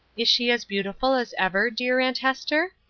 is she as beautiful as ever, dear aunt hester?